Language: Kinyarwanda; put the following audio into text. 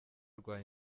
rwa